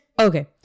Okay